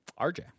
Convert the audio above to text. RJ